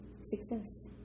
Success